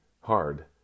hard